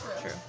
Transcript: true